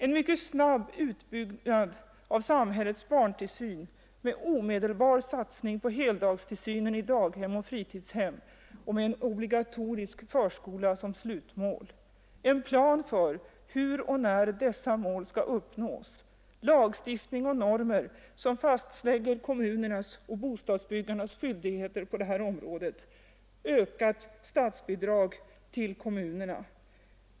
En snabb utbyggnad av samhällets barntillsyn med omedelbar satsning på heldagstillsynen i daghem och fritidshem och en obligatorisk förskola som slutmål. En plan för hur och när dessa mål skall uppnås. Lagstiftning och normer som fastlägger kommunernas och bostadsbyggarnas skyldigheter. Ökat statsbidrag till barnstugorna.